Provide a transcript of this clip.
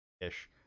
ish